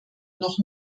noch